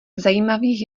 zajímavých